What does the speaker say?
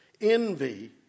Envy